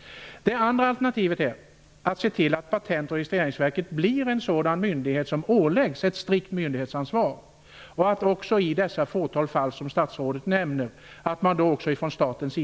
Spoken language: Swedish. förändras. Det andra alternativet är att se till att Patent och registreringsverket blir en myndighet som åläggs ett strikt ansvar och att staten när det gäller de få fall som statsrådet nämner skall